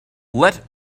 let